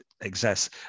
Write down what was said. exists